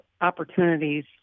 opportunities